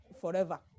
forever